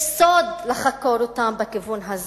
יש יסוד לחקור אותם בכיוון הזה,